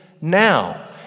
now